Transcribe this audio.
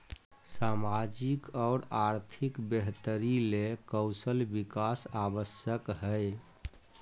सामाजिक और आर्थिक बेहतरी ले कौशल विकास आवश्यक हइ